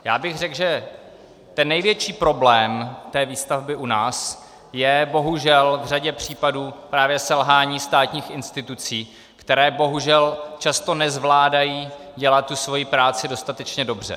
Já bych řekl, že ten největší problém výstavby u nás je bohužel v řadě případů právě selhání státních institucí, které bohužel často nezvládají dělat svoji práci dostatečně dobře.